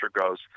goes